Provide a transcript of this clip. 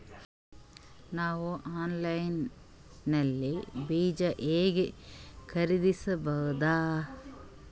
ನಾವು ಆನ್ಲೈನ್ ನಲ್ಲಿ ಬೀಜ ಹೆಂಗ ಖರೀದಿಸಬೋದ?